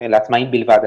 לעצמאים בלבד,